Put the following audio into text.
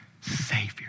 savior